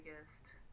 biggest